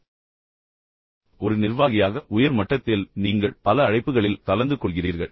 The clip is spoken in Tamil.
எனவே மீண்டும் ஒரு நிர்வாகியாக உயர் மட்டத்தில் நீங்கள் பல அழைப்புகளில் கலந்து கொள்கிறீர்கள்